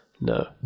No